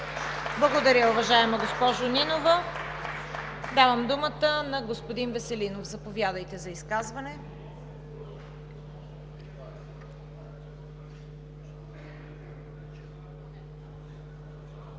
Благодаря, уважаема госпожо Нинова. Давам думата на господин Веселинов. Заповядайте за изказване.